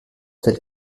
tels